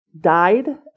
died